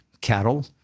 cattle